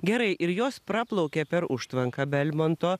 gerai ir jos praplaukia per užtvanką belmonto